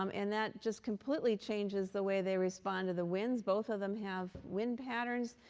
um and that just completely changes the way they respond to the winds. both of them have wind patterns.